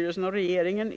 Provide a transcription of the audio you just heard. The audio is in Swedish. Enligt min